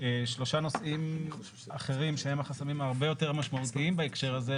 שלושה נושאים אחרים שהם חסמים הרבה יותר משמעותיים בהקשר הזה,